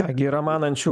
ką gi yra manančių